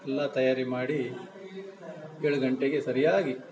ಎಲ್ಲ ತಯಾರಿ ಮಾಡಿ ಏಳು ಗಂಟೆಗೆ ಸರಿಯಾಗಿ